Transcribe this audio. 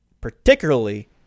particularly